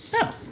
No